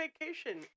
vacation